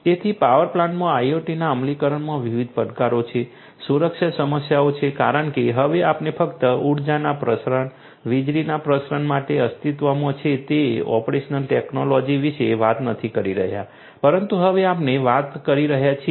તેથી પાવર પ્લાન્ટમાં IIoTના અમલીકરણમાં વિવિધ પડકારો છે સુરક્ષા સમસ્યાઓ છે કારણ કે હવે આપણે ફક્ત ઊર્જાના પ્રસારણ વીજળીના પ્રસારણ માટે અસ્તિત્વમાં છે તે ઓપરેશનલ ટેક્નોલોજી વિશે વાત નથી કરી રહ્યા પરંતુ હવે આપણે પણ વાત કરી રહ્યા છીએ